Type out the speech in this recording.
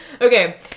Okay